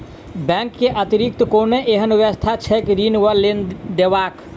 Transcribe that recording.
Bank केँ अतिरिक्त कोनो एहन व्यवस्था छैक ऋण वा लोनदेवाक?